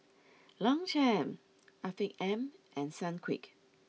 Longchamp Afiq M and Sunquick